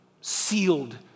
sealed